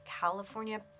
California